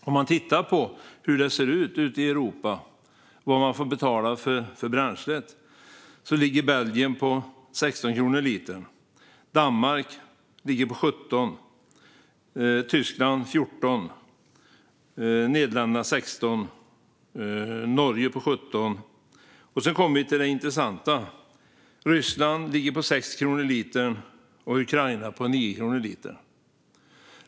Om man tittar på hur det ser ut ute i Europa och vad man får betala för bränslet ser man att priset i Belgien är 16 kronor per liter, i Danmark 17 kronor, i Tyskland 14 kronor, i Nederländerna 16 kronor och i Norge 17 kronor. Sedan kommer vi till det intressanta. I Ryssland är priset 6 kronor per liter och i Ukraina är det 9 kronor per liter.